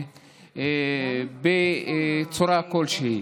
בצורה כלשהי.